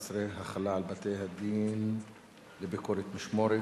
11) (החלה על בתי-הדין לביקורת משמורת),